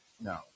No